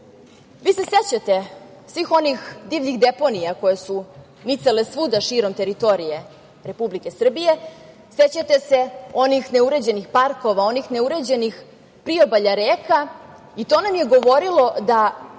se sećate svih onih divljih deponija koje su nicale svuda širom teritorije Republike Srbije, sećate se onih neuređenih parkova, onih neuređenih priobalja reka i to nam je govorilo da